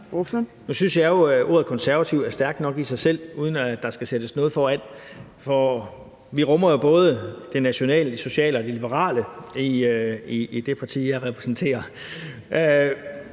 Nu synes jeg jo, at ordet konservativ er stærkt nok i sig selv, uden at der skal sættes noget foran, for vi rummer jo både det nationale, det sociale og det liberale i det parti, jeg repræsenterer.